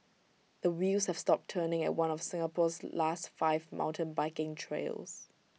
the wheels have stopped turning at one of Singapore's last five mountain biking trails